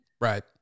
Right